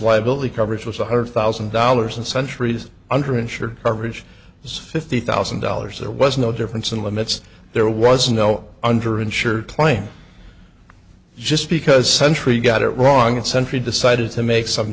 liability coverage was one hundred thousand dollars and centuries under insured coverage is fifty thousand dollars there was no difference in limits there was no under insured claim just because sentry got it wrong that sentry decided to make some